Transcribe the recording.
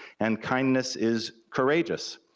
and kindness is courageous.